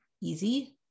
easy